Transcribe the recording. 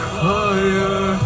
fire